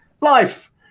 Life